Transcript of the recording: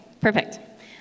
perfect